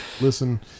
listen